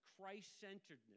Christ-centeredness